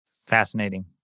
Fascinating